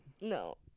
No